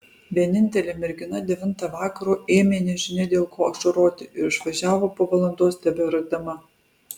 vienintelė mergina devintą vakaro ėmė nežinia dėl ko ašaroti ir išvažiavo po valandos tebeverkdama